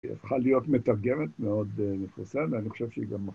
היא הפכה להיות מתרגמת מאוד נפוצה ואני חושב שהיא גם...